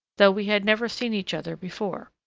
though we had never seen each other before.